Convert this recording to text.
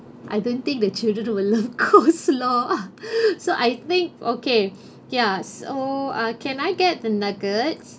I don't think the children will love coleslaw so I think okay ya so uh can I get the nuggets